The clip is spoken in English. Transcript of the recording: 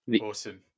Awesome